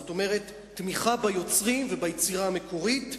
זאת אומרת תמיכה ביוצרים וביצירה המקורית,